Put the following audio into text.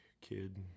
kid